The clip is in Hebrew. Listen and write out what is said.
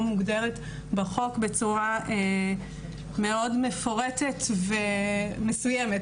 מוגדרת בחוק בצורה מאוד מפורטת ומסוימת,